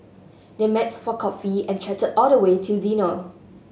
they met for coffee and chatted all the way till dinner